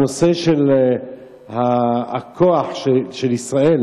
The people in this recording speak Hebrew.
הנושא של הכוח של ישראל